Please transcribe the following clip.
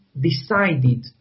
decided